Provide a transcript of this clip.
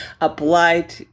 applied